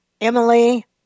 Emily